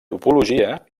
topologia